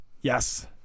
Yes